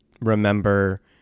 remember